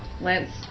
Lance